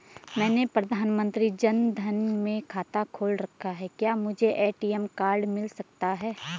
मैंने प्रधानमंत्री जन धन में खाता खोल रखा है क्या मुझे ए.टी.एम कार्ड मिल सकता है?